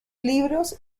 libros